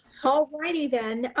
all righty then.